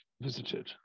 visited